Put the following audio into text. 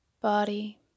body